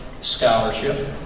scholarship